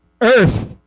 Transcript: Earth